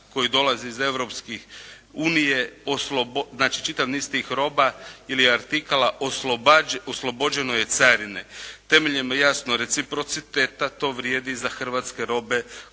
koji dolaze iz Europske unije, znači čitav niz tih roba ili artikala oslobođeno je carine temeljem jasno reciprociteta. To vrijedi za hrvatske robe